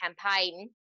campaign